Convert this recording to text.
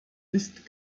ist